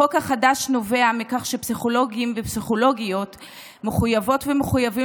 החוק החדש נובע מכך שפסיכולוגיות ופסיכולוגים מחויבות ומחויבים